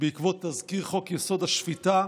בעקבות תזכיר חוק-יסוד: השפיטה,